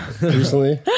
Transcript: recently